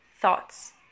thoughts